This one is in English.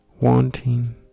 wanting